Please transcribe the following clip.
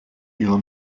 ihrer